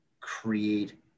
create